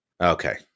Okay